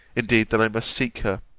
indeed, that i must seek her,